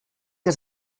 que